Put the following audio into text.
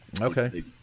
Okay